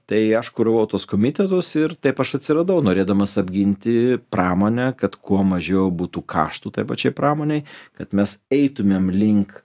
tai aš kuravau tuos komitetus ir taip aš atsiradau norėdamas apginti pramonę kad kuo mažiau būtų kaštų tai pačiai pramonei kad mes eitumėm link